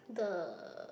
the